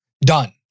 Done